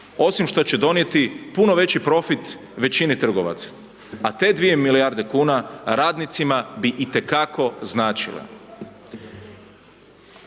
osim što će donijeti puno veći profit većini trgovaca, a te 2 milijarde kuna radnicima bi i te kako značile.